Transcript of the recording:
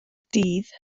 dydd